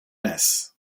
less